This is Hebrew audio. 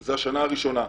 זו השנה הראשונה.